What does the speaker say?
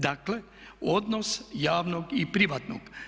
Dakle, odnos javnog i privatnog.